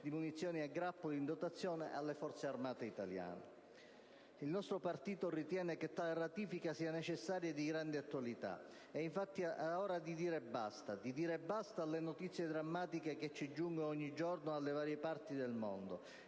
di munizioni a grappolo in dotazione alle Forze armate italiane. Il nostro Gruppo ritiene che tale ratifica sia necessaria e di grande attualità. E' infatti ora di dire basta: basta alle notizie drammatiche che ci giungono ogni giorno dalle varie parti del mondo.